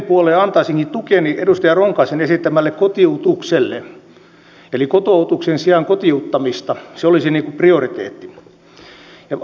niukkenevien resurssien aikana meidän on aivan välttämätöntä siirtää työllisyyden hoidon painopistettä passiivisista toimenpiteistä aktiivitoimenpiteisiin